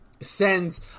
sends